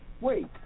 Wait